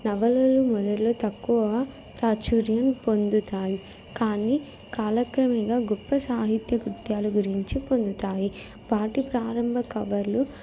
నవలలు మొదట్లో తక్కువ ప్రాచుర్యం పొందుతాయి కానీ కాలక్రమేణా గొప్ప సాహిత్య కృత్యాలు గురించి పొందుతాయి వాటి ప్రారంభ కవర్లు